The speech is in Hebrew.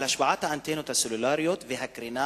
על השפעת האנטנות הסלולריות והקרינה